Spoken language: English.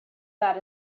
that